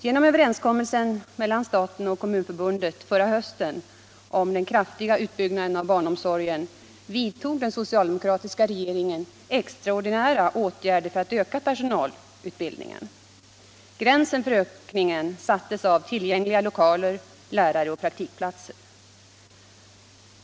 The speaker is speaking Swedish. Genom överenskommelsen mellan staten och Kommunförbundet förra hösten om den kraftiga utbyggnaden av barnomsorgen vidtog den socialdemokratiska regeringen extraordinära åtgärder för att öka personalutbildningen. Gränsen för ökningen sattes av tillgängliga lokaler, lärare och praktikplatser.